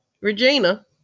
Regina